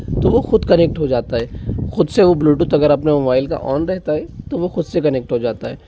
तो वो खुद कनेक्ट हो जाता है खुद से वो ब्लूटूथ अगर मोबाइल का ऑन रहता है तो वो खुद से कनेक्ट हो जाता है